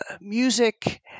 music